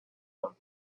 him